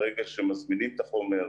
ברגע שמזמינים את החומר,